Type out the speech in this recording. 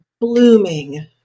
blooming